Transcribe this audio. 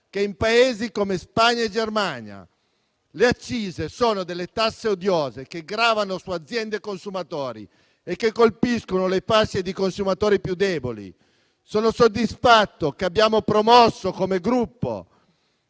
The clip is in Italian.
che in Paesi come Spagna e Germania. Le accise sono tasse odiose che gravano su aziende e consumatori e colpiscono le fasce di consumatori più deboli. Sono soddisfatto che abbiamo promosso come Gruppo